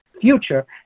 future